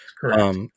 Correct